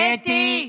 קטי.